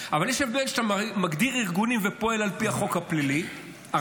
אבל יש הבדל אם אתה מגדיר ארגונים ופועל על פי החוק הפלילי הרגיל,